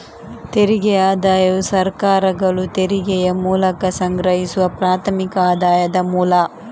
ತೆರಿಗೆ ಆದಾಯವು ಸರ್ಕಾರಗಳು ತೆರಿಗೆಯ ಮೂಲಕ ಸಂಗ್ರಹಿಸುವ ಪ್ರಾಥಮಿಕ ಆದಾಯದ ಮೂಲ